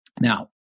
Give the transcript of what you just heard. Now